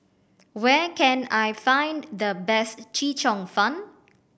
where can I find the best Chee Cheong Fun